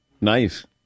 Nice